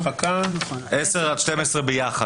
12-10 ביחד.